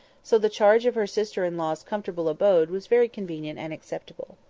so the charge of her sister-in-law's comfortable abode was very convenient and acceptable.